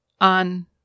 on